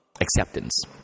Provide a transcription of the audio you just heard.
acceptance